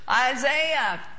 Isaiah